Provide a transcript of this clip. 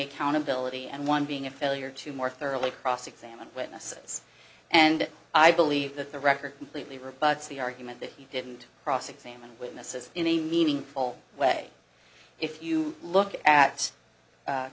accountability and one being a failure to more thoroughly cross examined witnesses and i believe that the record completely rebuts the argument that you didn't cross examine witnesses in a meaningful way if you look at